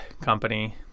company